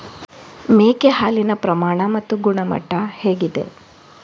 ಮೇಕೆ ಹಾಲಿನ ಪ್ರಮಾಣ ಮತ್ತು ಗುಣಮಟ್ಟ ಹೇಗಿದೆ?